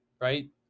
right